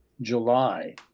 July